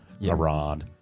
Iran